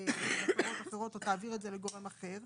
בצורות אחרות" או "תעביר את זה לגורם אחרים",